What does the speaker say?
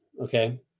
okay